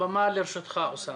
הבמה לרשותך, אוסאמה.